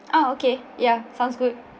oh okay yeah sounds good